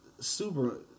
super